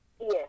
yes